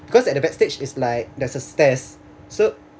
because at the backstage is like there's a stairs so